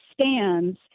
stands